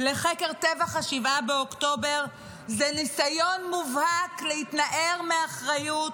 לחקר טבח 7 באוקטובר זה ניסיון מובהק להתנער מאחריות,